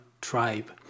tribe